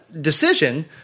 decision